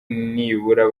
nibura